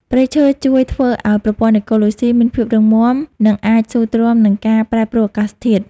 ព្រៃឈើជួយធ្វើឱ្យប្រព័ន្ធអេកូឡូស៊ីមានភាពរឹងមាំ និងអាចស៊ូទ្រាំនឹងការប្រែប្រួលអាកាសធាតុ។